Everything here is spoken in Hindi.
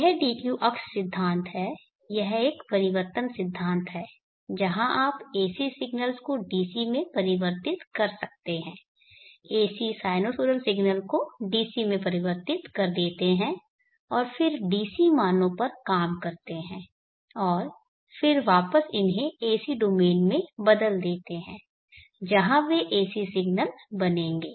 यह d q अक्ष सिद्धांत है यह एक परिवर्तन सिद्धांत है जहाँ आप AC सिग्नल्स को DC में परिवर्तित कर सकते हैं AC साइनुसॉइडल सिग्नल को DC में परिवर्तित कर देते हैं और फिर DC मानों पर काम करते हैं और फिर वापस इन्हे AC डोमेन में बदल देते हैं जहां वे AC सिग्नल बनेंगे